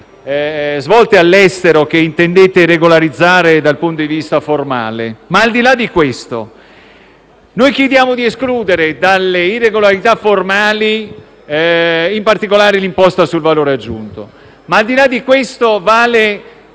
svolte all'estero che intendete regolarizzare dal punto di vista formale, noi chiediamo di escludere dalle irregolarità formali in particolare l'imposta sul valore aggiunto.